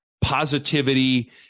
positivity